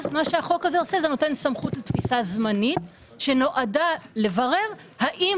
אז החוק נותן סמכות לתפיסה זמנית שנועדה לברר האם